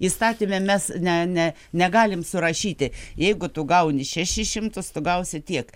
įstatyme mes ne ne negalim surašyti jeigu tu gauni šešis šimtus tu gausi tiek